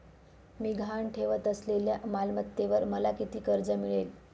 मी गहाण ठेवत असलेल्या मालमत्तेवर मला किती कर्ज मिळेल?